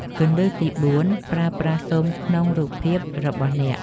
គន្លឹះទី៤ ប្រើប្រាស់ស៊ុមក្នុងរូបភាពរបស់អ្នក ។